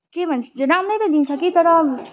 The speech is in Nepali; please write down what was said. के भन्छ त्यो राम्रै त दिन्छ कि तर